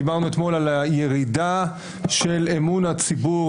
דיברנו אתמול על הירידה של אמון הציבור